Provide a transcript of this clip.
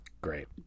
Great